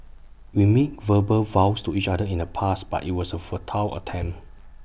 we made verbal vows to each other in the past but IT was A futile attempt